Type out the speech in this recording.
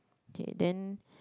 okay then